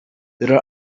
there